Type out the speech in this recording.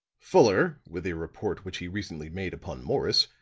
fuller, with a report which he recently made upon morris,